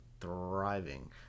thriving